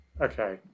Okay